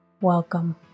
welcome